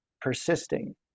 persisting